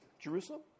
Jerusalem